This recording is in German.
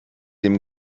dem